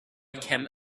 came